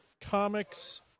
comics